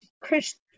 christian